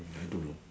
I don't know